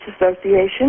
Association